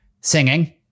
singing